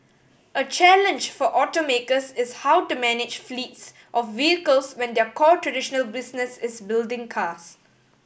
a challenge for automakers is how to manage fleets of vehicles when their core traditional business is building cars